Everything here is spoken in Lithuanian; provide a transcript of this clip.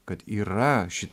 kad yra ši